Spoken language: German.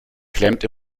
klemmt